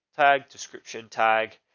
tag, description, tag.